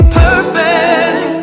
perfect